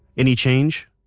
any change?